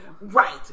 Right